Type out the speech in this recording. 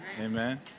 amen